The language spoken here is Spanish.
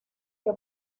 que